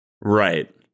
Right